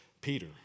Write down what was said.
Peter